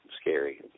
scary